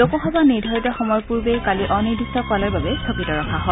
লোকসভা নিৰ্ধাৰিত সময়ৰ পূৰ্বেই কালি অনিৰ্দিষ্ট কালৰ বাবে স্থগিত ৰখা হয়